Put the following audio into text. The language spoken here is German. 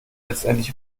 letztendlich